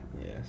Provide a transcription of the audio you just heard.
Yes